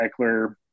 Eckler